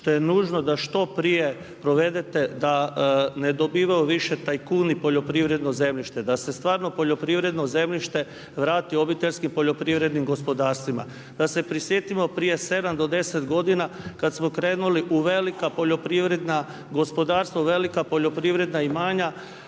što je nužno da što prije provedete da ne dobivaju više tajkuni poljoprivredno zemljište. Da se stvarno poljoprivredno zemljište vrati obiteljskim poljoprivrednim gospodarstvima. Da se prisjetimo prije 7 do 10 godina kad smo krenuli u velika poljoprivredna gospodarstva, u velika poljoprivredna imanja